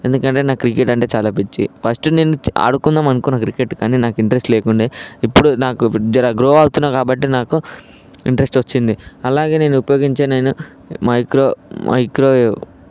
ఎందుకంటే నాకు క్రికెట్ అంటే చాలా పిచ్చి ఫస్టు నేను ఆడుకుందామనుకున్నా క్రికెట్ నేను కానీ ఇంట్రెస్ట్ లేకుండే ఇప్పుడు నాకు జరా గ్రో అవుతున్నా కాబట్టి నాకు ఇంట్రెస్ట్ వచ్చింది అలాగే నేను ఉపయోగించేనైనా మైక్రో మైక్రోవేవ్